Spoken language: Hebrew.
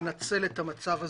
לנצל את המצב הזה.